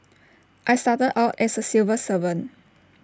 I started out as A civil servant